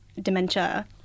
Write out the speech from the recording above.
dementia